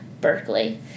Berkeley